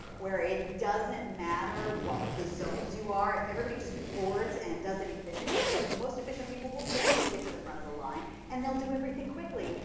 where it doesn't matter the zones you are. if everybody just boards and does it efficiently, the the most efficient people will generally get to the front of the line and they'll do everything quickly.